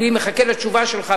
אני מחכה לתשובה שלך,